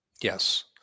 Yes